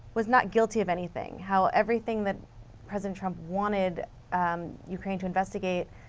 was not guilty of anything. how everything that president trump wanted ukraine to investigate,